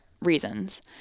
reasons